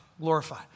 glorify